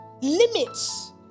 limits